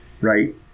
right